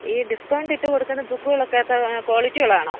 ഈ ഡിസ്കൗണ്ട് ഇട്ട് കൊടുക്കുന്ന ബുക്കുകൾ ഒക്കെ അപ്പോൾ ക്വാളിറ്റി ഉള്ളതാണോ